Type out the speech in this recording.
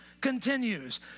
continues